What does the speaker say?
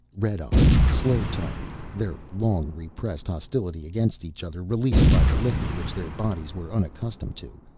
red-eyed, slur-tongued, their long-repressed hostility against each other, released by the liquor which their bodies were unaccustomed to,